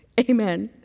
amen